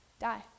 die